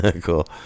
Cool